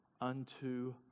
unto